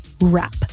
wrap